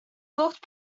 looked